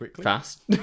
fast